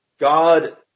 God